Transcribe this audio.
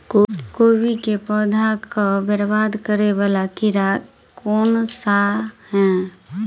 कोबी केँ पौधा केँ बरबाद करे वला कीड़ा केँ सा है?